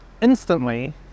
instantly